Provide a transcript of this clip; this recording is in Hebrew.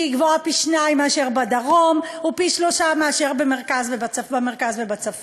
שהיא גבוהה פי-שניים מאשר בדרום ופי-שלושה מאשר במרכז ובצפון.